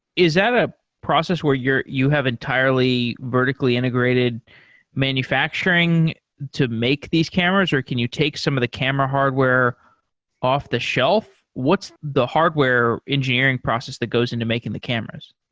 is that ah process where you have entirely vertically integrated manufacturing to make these cameras or can you take some of the camera hardware off-the-shelf? what's the hardware engineering process that goes into making the cameras?